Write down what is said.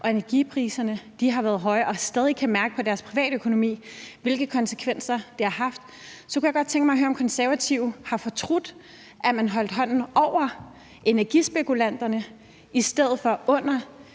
og energipriserne har været høje, og stadig kan mærke på deres privatøkonomi, hvilke konsekvenser det har haft, så kunne jeg godt tænke mig at høre, om Konservative har fortrudt, at man holdt hånden over energispekulanterne i stedet for under